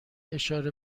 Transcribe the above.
اشاره